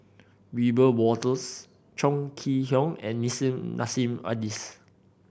Wiebe Wolters Chong Kee Hiong and Nissim Nassim Adis